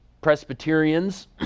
Presbyterians